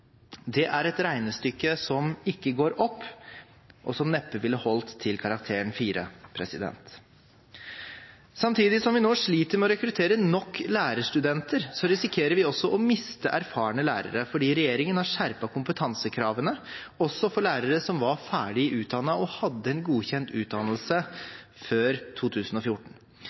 Det er et regnestykke som ikke går opp, og som neppe ville holdt til karakteren 4. Samtidig som vi nå sliter med å rekruttere nok lærerstudenter, risikerer vi å miste erfarne lærere fordi regjeringen har skjerpet kompetansekravene også for lærere som var ferdig utdannet og hadde en godkjent utdannelse før 2014.